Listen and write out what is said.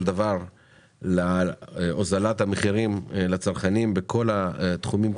דבר להוזלת המחירים לצרכנים בכל התחומים,